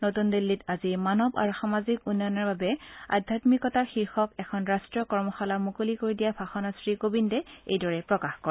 নতুন দিল্লীত আজি মানৱ আৰু সামাজিক উন্নয়নৰ বাবে আধ্যামিকতা শীৰ্ষক এখন ৰাষ্ট্ৰীয় কৰ্মশালা মূকলি কৰি দিয়া ভাষণত শ্ৰীকোবিন্দে এইদৰে প্ৰকাশ কৰে